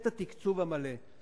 את התקצוב המלא.